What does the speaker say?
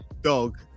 dog